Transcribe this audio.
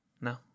No